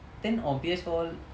then on P_S four all